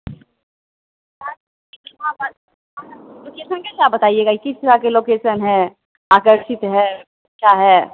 तो स्टेशन का ही तो आप बताइएगा किस तरह कि लोकेसन है आकर्षक है अच्छा है